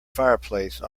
fireplace